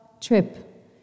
trip